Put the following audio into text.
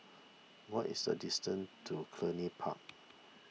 what is the distance to Cluny Park